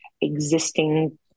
existing